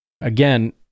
Again